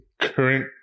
current